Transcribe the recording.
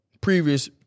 previous